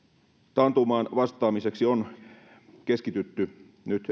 taantumaan vastaamiseksi on keskitytty nyt